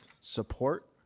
support